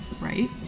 right